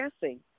guessing